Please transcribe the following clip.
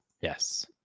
Yes